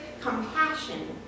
compassion